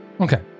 Okay